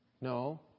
No